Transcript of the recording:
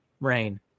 rain